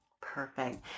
Perfect